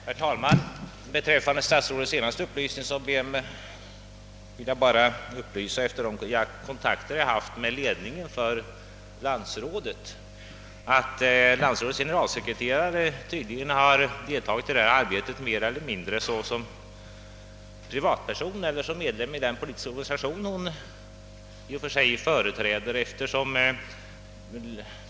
Herr talman! I anledning av statsrådets senaste upplysning kan jag efter kontakter med ledningen för landsrådet meddela att landsrådets generalsekreterare tydligen deltagit i detta arbete mer eller mindre som privatperson eller som medlem i den politiska organisation som hon själv företräder.